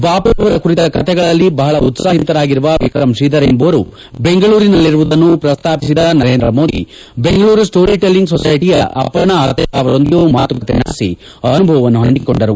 ಬಾಮ ಅವರ ಕುರಿತ ಕತೆಗಳಲ್ಲಿ ಬಹಳ ಉತ್ಸಾಹಿತರಾಗಿರುವ ವಿಕ್ರಮ್ ತ್ರೀಧರ್ ಎಂಬುವರು ದೆಂಗಳೂರಿನಲ್ಲಿರುವುದನ್ನು ಶ್ರಸ್ತಾಪಿಸಿದ ನರೇಂದ್ರ ಮೋದಿ ಚೆಂಗಳೂರು ಸ್ತೋರಿ ಟೆಲ್ಲಿಂಗ್ ಸೊಸ್ಟೆಟಿಯ ಅಪರ್ಣಾ ಆತ್ರೇಯ ಅವರೊಂದಿಗೂ ಮಾತುಕತ ನಡೆಸಿ ಅನುಭವವನ್ನು ಪಂಚಿಕೊಂಡರು